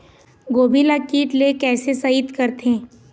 गोभी ल कीट ले कैसे सइत करथे?